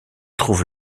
trouve